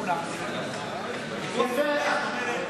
או תכולה בתוך מבנה,